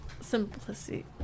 Simplicity